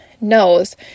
knows